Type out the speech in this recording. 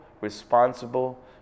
responsible